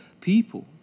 people